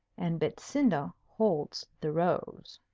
and betsinda holds the rose.